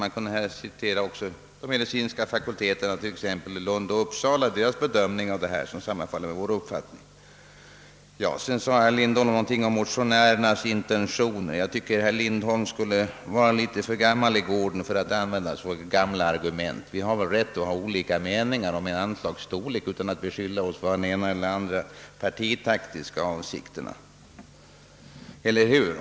Man skulle också kunna citera de medicinska fakulteternas i Lund och Uppsala bedömning, som sammanfaller med vår uppfattning. Herr Lindholm sade något om motionärernas intentioner. Jag tycker att herr Lindholm skulle vara litet för gammal i gården för att använda sådana argument. Vi har väl rätt att ha olika meningar om ett anslags storlek utan att beskyllas för att ha den ena eller andra partitaktiska avsikten.